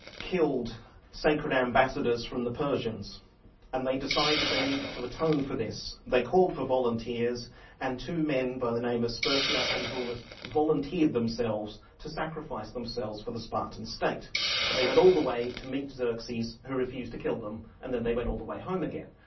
killed sacred ambassadors from the persians and they decided they needed to atone for this. they called for volunteers and two men by the names of sperthias and bulis volunteered themselves to sacrifice themselves for the spartan state and they went all the way to meet xerxes who refused to kill them, and then they went all the way home again.